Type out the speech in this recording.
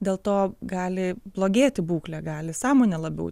dėl to gali blogėti būklė gali sąmonė labiau